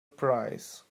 prize